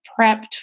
prepped